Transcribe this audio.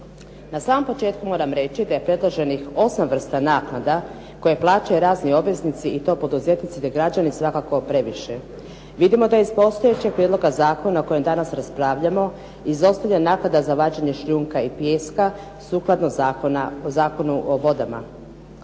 Na samom početku moram reći da je predloženih osam vrsta naknada koje plaćaju razni obveznici, i to poduzetnici, te građani svakako je previše. Vidimo da je iz postojećeg prijedloga zakona o kojem danas raspravljamo izostavljena naknada za vađenje šljunka i pijeska sukladno Zakonu o vodama.